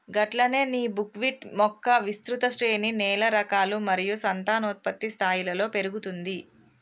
గట్లనే నీ బుక్విట్ మొక్క విస్తృత శ్రేణి నేల రకాలు మరియు సంతానోత్పత్తి స్థాయిలలో పెరుగుతుంది